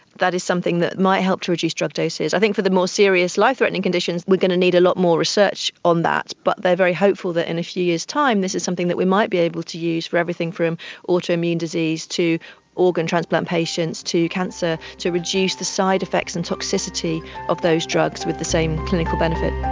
that is something that might help to reduce drug doses. i think for the more serious life-threatening conditions we are going to meet a lot more research on that, but they are very hopeful that in a few years' time this is something that we might be able to use for everything from autoimmune disease to organ transplant patients to cancer, to reduce the side effects and toxicity of those drugs with the same clinical benefit.